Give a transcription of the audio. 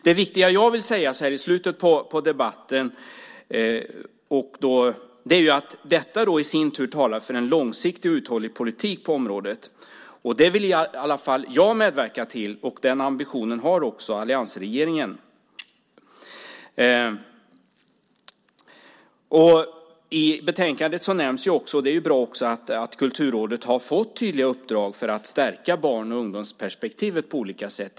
Det viktiga jag vill säga så här i slutet på debatten är att detta talar för en långsiktig och uthållig politik på området. Det vill i alla fall jag medverka till, och den ambitionen har också alliansregeringen. Det är bra att Kulturrådet har fått tydliga uppdrag för att stärka barn och ungdomsperspektivet på olika sätt.